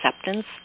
acceptance